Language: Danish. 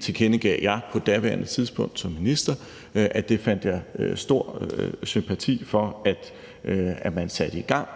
tilkendegav på daværende tidspunkt som minister, at det havde jeg en stor sympati for at man satte i gang